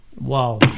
Wow